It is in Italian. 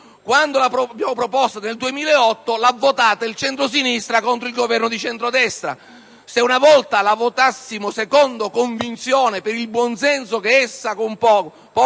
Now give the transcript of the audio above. quando l'abbiamo proposta nel 2008 l'ha votata il centrosinistra contro il Governo di centrodestra. Se per una volta la votassimo secondo convinzione, per il buonsenso che essa porta